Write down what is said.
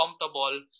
comfortable